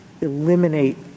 eliminate